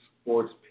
sports